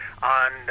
on